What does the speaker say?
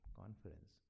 conference